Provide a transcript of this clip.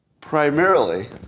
Primarily